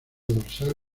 dorsal